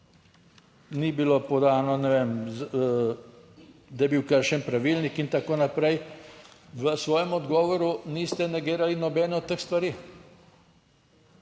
ni bilo podano, ne vem, da je bil kršen pravilnik in tako naprej. V svojem odgovoru niste negirali nobene od teh stvari.